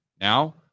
now